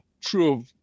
true